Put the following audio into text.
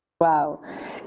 Wow